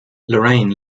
lorraine